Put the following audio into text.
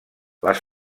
les